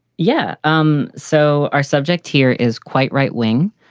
yeah. um so our subject here is quite right wing.